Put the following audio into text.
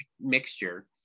mixture